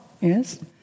yes